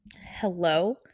hello